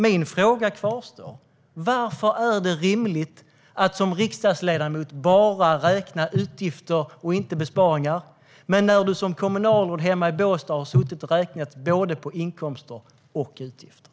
Min fråga kvarstår: Varför är det rimligt att som riksdagsledamot bara räkna utgifter och inte besparingar, när du som kommunalråd hemma i Båstad har suttit och räknat på både inkomster och utgifter?